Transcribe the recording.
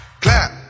Clap